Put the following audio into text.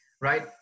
right